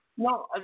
No